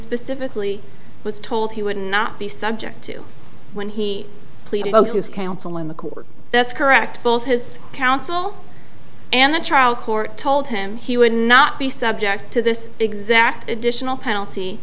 specifically was told he would not be subject to when he pleaded ok as counsel in the court that's correct both his counsel and the trial court told him he would not be subject to this exact additional penalty